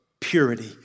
purity